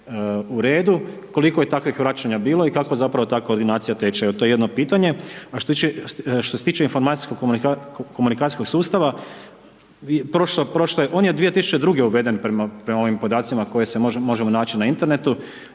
u redu? Koliko je takvih vraćanja bilo i kako zapravo ta koordinacija teče? Evo to je jedno pitanje. A što se tiče informacijsko komunikacijskog sustava, prošle, on je od 2002. uveden prema ovim podacima koje se možemo naći na internetu.